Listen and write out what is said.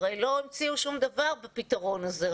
הרי לא המציאו שום דבר בפתרון הזה.